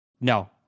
No